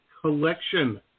Collection